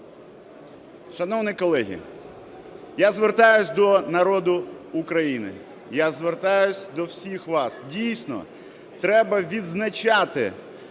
Шановні колеги, я звертаюсь до народу України, я звертаюсь до всіх вас. Дійсно, треба відзначати